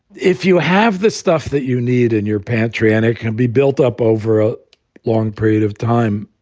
if you have this stuff that you need in your pantry and it can be built up over a long period of time,